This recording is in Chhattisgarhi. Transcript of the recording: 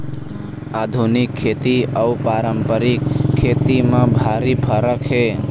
आधुनिक खेती अउ पारंपरिक खेती म भारी फरक हे